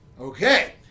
Okay